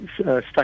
stuck